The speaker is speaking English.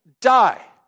die